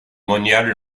moniales